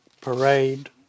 Parade